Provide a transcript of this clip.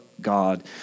God